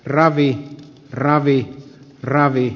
ravi ravi ravi